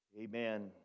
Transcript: amen